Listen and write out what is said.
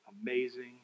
amazing